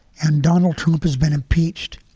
and donald trump has been impeached,